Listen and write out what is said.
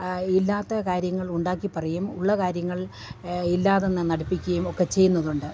ഇല്ലാത്ത കാര്യങ്ങൾ ഉണ്ടാക്കി പറയും ഉള്ള കാര്യങ്ങൾ ഇല്ലാതെന്ന് നടിപ്പിക്കുകയും ഒക്കെ ചെയ്യുന്നതുണ്ട്